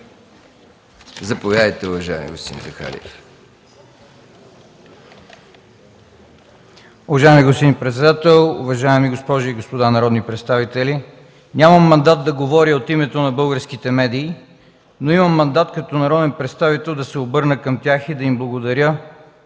Заповядайте, уважаеми господин Захариев.